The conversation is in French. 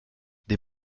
des